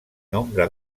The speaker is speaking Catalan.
nombre